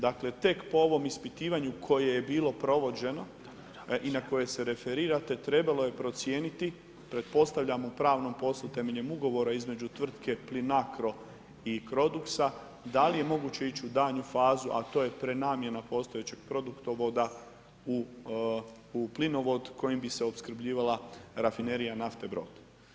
Dakle tek po ovom ispitivanju koje je bilo provođeno i na koje se referirate, trebalo je procijeniti, pretpostavljam u pravnom poslu temeljem ugovora između tvrtke Plinacro i Croduxa da li je moguće ići u daljnju fazu a to je prenamjena postojećeg produktovoda u plinovod kojim bi se opskrbljivala rafinerija nafte Brod.